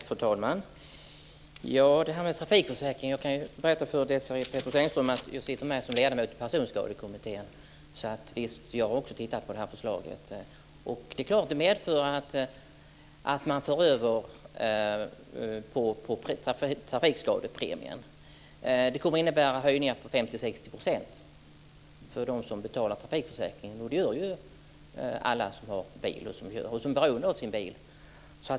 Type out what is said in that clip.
Fru talman! Apropå trafikförsäkringen kan jag berätta för Desirée Pethrus Engström att jag är ledamot i Personskadekommittén, så jag har också tittat på det här förslaget. Det är klart att det medför en överföring till trafikskadepremien. Det kommer att innebära höjningar på 50-60 % för dem som betalar trafikförsäkring, och det gör alla som har bil och som är beroende av sin bil.